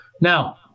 Now